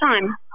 time